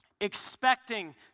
expecting